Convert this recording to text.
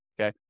okay